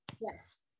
yes